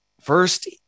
first